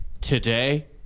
today